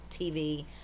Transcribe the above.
TV